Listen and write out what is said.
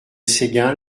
séguin